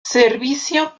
servicio